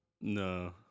No